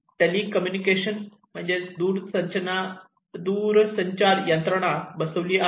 telecommunication system दूरसंचार यंत्रणा बसविली आहे